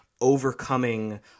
overcoming